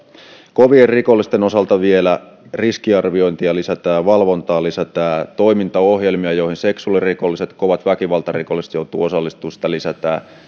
kovien rikollisten osalta vielä riskiarviointia lisätään valvontaa lisätään toimintaohjelmia joihin seksuaalirikolliset kovat väkivaltarikolliset joutuvat osallistumaan lisätään